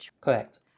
Correct